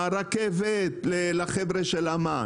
הרכבת לחבר'ה של ---,